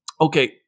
Okay